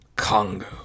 Congo